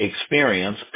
experience